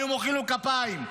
היו מוחאים לו כפיים,